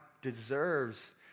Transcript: deserves